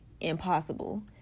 impossible